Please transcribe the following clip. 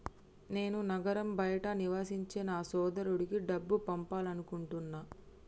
నేను నగరం బయట నివసించే నా సోదరుడికి డబ్బు పంపాలనుకుంటున్నా